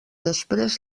després